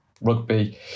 rugby